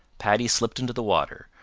paddy slipped into the water,